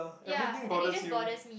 ya and it just borders me